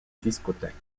discothèque